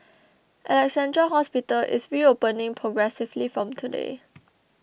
Alexandra Hospital is reopening progressively from today